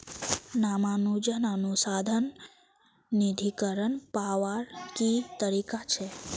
रामानुजन अनुसंधान निधीकरण पावार की तरीका छे